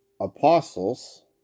apostles